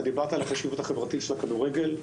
דיברת על החשיבות החברתית של הכדורגל,